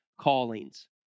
callings